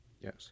Yes